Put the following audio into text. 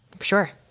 Sure